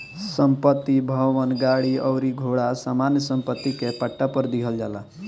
संपत्ति, भवन, गाड़ी अउरी घोड़ा सामान्य सम्पत्ति के पट्टा पर दीहल जाला